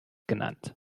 genannt